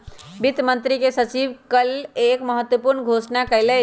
वित्त मंत्री के सचिव ने कल एक महत्वपूर्ण घोषणा कइलय